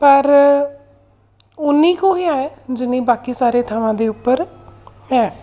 ਪਰ ਓਨੀ ਕੁ ਹੀ ਹੈ ਜਿੰਨੀ ਬਾਕੀ ਸਾਰੇ ਥਾਵਾਂ ਦੇ ਉੱਪਰ ਹੈ